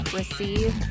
receive